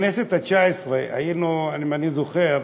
בכנסת התשע-עשרה היינו, אם אני זוכר,